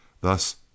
Thus